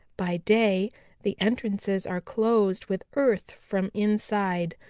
by day the entrances are closed with earth from inside,